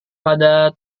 pada